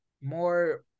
more